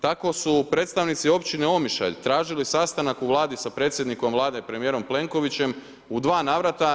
Tako su predstavnici općine Omišalj tražili sastanak u Vladi sa predsjednikom Vlade premijerom Plenkovićem u dva navrata.